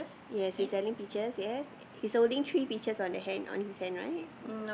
yes he selling peaches yes he's holding three peaches on the hand on his hand right